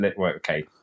Okay